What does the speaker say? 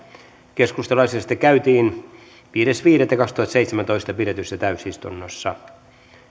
keskustelu asiasta keskeytettiin viides viidettä kaksituhattaseitsemäntoista pidetyssä täysistunnossa